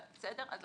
אין